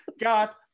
got